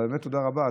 באמת תודה רבה לך,